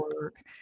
work